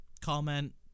comment